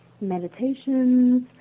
meditations